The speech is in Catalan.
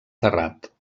terrat